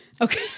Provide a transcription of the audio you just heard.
Okay